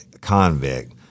convict